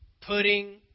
pudding